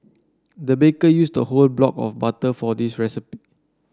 the baker used a whole block of butter for this recipe